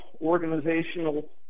organizational